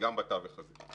בתווך הזה.